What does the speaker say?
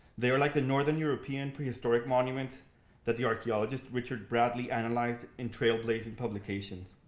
they are like the northern european prehistoric monuments that the archaeologist richard bradley analyzed in trailblazing publications.